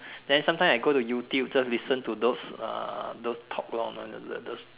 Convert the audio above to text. then sometimes I go to YouTube just listen to those uh those talk lah those those